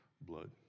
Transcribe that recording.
blood